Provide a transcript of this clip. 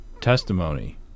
testimony